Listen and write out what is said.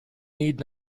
need